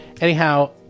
anyhow